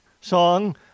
song